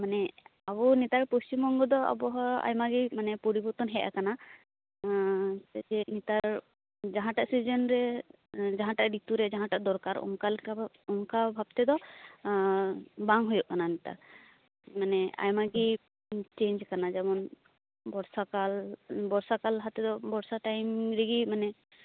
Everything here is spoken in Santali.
ᱢᱟᱱᱮ ᱟᱵᱚ ᱱᱮᱛᱟᱨ ᱯᱚᱥᱪᱤᱢ ᱵᱚᱝᱜᱚ ᱫᱚ ᱟᱵᱚᱦᱟᱣᱟ ᱟᱭᱢᱟᱜᱮ ᱢᱟᱱᱮ ᱯᱚᱨᱤᱵᱚᱨᱛᱚᱱ ᱦᱮᱡ ᱟᱠᱟᱱᱟ ᱟᱸ ᱪᱮᱫᱽ ᱥᱮ ᱱᱮᱛᱟᱨ ᱡᱟᱦᱟᱸᱴᱟᱜ ᱥᱤᱡᱤᱱ ᱨᱮ ᱡᱟᱦᱟᱸᱴᱟᱜ ᱨᱤᱛᱩ ᱨᱮ ᱡᱟᱦᱟᱸᱴᱟᱜ ᱫᱚᱨᱠᱟᱨᱚ ᱚᱱᱠᱟ ᱞᱮᱠᱟᱫᱚ ᱚᱱᱠᱟ ᱵᱷᱟᱵ ᱛᱮᱫᱚ ᱟᱸ ᱵᱟᱝ ᱦᱩᱭᱩᱜ ᱠᱟᱱᱟ ᱱᱮᱛᱟᱨ ᱢᱟᱱᱮ ᱟᱭᱢᱟᱜᱮ ᱪᱮᱧᱡᱽ ᱟᱠᱟᱱᱟ ᱡᱮᱢᱚᱱ ᱵᱚᱨᱥᱟᱠᱟᱞ ᱵᱚᱨᱥᱟᱠᱟᱞ ᱞᱟᱦᱟ ᱛᱮᱫᱚ ᱵᱚᱨᱥᱟ ᱴᱟᱭᱤᱢ ᱨᱮᱜᱮ ᱢᱟᱱᱮ